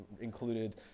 included